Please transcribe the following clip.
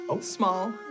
Small